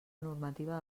normativa